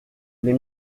les